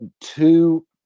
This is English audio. two